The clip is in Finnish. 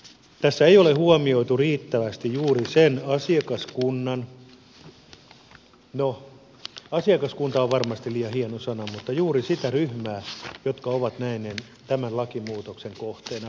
tässä ei ole huomioitu riittävästi juuri sitä asiakaskuntaa no asiakaskunta on varmasti liian hieno sana mutta juuri sitä ryhmää joka on tämän lakimuutoksen kohteena